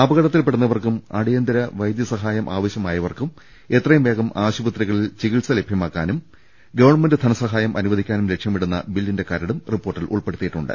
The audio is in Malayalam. അപകടത്തിൽപെടുന്നവർക്കും അടിയന്തര വൈദ്യസഹായം ആവശ്യമായവർക്കും എത്രയും വേഗം ആശുപത്രികളിൽ ചികിത്സ ലഭ്യമാക്കാനും ഗവൺമെന്റ് ്ധനസഹായം അനുവദിക്കാനും ലക്ഷ്യമിടുന്ന ബില്ലിന്റെ കരടും റിപ്പോർട്ടിൽ ഉൾപ്പെടുത്തിയിട്ടുണ്ട്